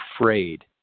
afraid